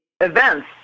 events